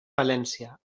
valència